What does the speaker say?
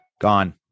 Gone